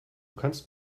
kannst